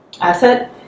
asset